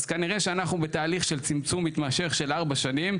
אז כנראה שאנחנו בתהליך של צמצום מתמשך של ארבע שנים,